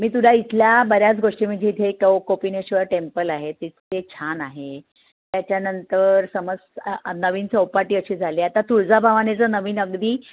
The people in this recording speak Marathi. मी तुला इथल्या बऱ्याच गोष्टी म्हणजे इथे कौ कोपिनेश्वर टेम्पल आहे ते इतके छान आहे त्याच्यानंतर समज नवीन चौपाटी अशी झाली आता तुळजाभवानीचं नवीन अगदी